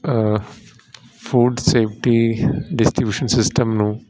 food safety distribution system ਨੂੰ